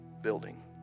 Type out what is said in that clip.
building